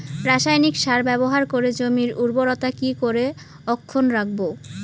রাসায়নিক সার ব্যবহার করে জমির উর্বরতা কি করে অক্ষুণ্ন রাখবো